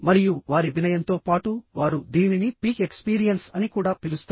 మరియు వారి వినయంతో పాటు వారు దీనిని పీక్ ఎక్స్పీరియన్స్ అని కూడా పిలుస్తారు